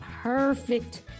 perfect